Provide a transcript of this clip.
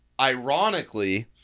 ironically